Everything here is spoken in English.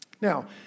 Now